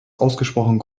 ausgesprochen